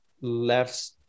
left